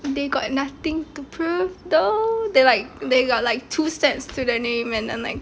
they got nothing to prove though they like they got like two sets to their name and then like